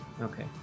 Okay